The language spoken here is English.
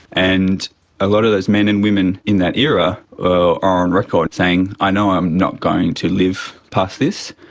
and a lot of those men and women in that era are are on record saying, i know i'm not going to live past this,